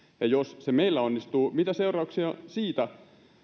ja jos se meillä onnistuu mitä seurauksia siitä